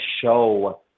show